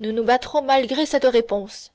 nous nous battrons malgré cette réponse